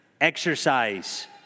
Exercise